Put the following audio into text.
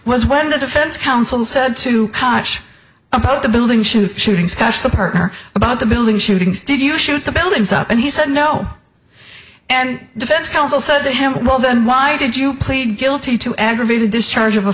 when the defense counsel said to punch about the building shooting scuffs the partner about the building shootings did you shoot the buildings up and he said no and defense counsel said to him well then why did you plead guilty to aggravated discharge of a